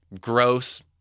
gross